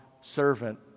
servant